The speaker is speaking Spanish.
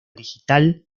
digital